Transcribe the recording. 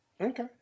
Okay